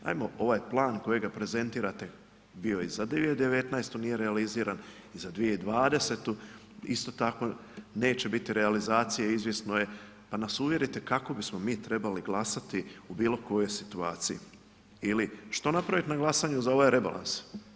Hajmo ovaj plan kojega prezentirate, bio je za 2019., nije realiziran i za 2020. isto tako neće biti realizacije, izvjesno je, pa nas uvjerite kako bismo mi trebali glasati u bilo kojoj situaciji ili, što napraviti za glasanju za ovaj rebalans?